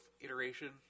iteration